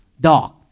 dog